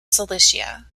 cilicia